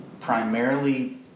primarily